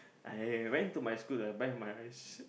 I went to my school lah buy my sea